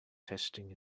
testing